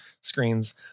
screens